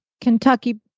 Kentucky